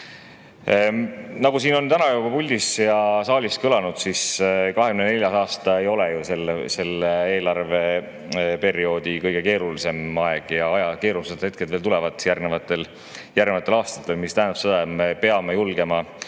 Nagu siin on täna juba puldis ja mujal saalis kõlanud, 2024. aasta ei ole ju selle eelarveperioodi kõige keerulisem aeg. Keerulised ajad alles tulevad järgnevatel aastatel, mis tähendab seda, et me peame julgema